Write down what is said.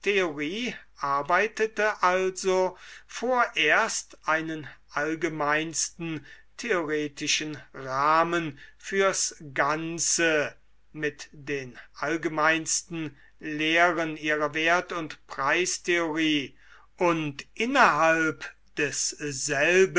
arbeitete also vorerst einen allgemeinsten theoretischen rahmen fürs ganze mit den allgemeinsten lehren ihrer wert und preistheorie und innerhalb